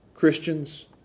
Christians